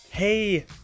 Hey